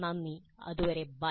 നന്ദി അതുവരെ ബൈ